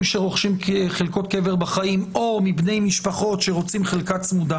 שרוכשים חלקות קבר בחיים או מבני משפחות שרוצים חלקה צמודה.